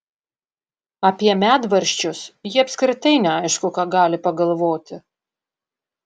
apie medvaržčius ji apskritai neaišku ką gali pagalvoti